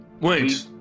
Wait